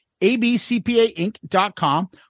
abcpainc.com